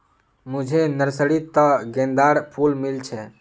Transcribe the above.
मुझे नर्सरी त गेंदार फूल मिल छे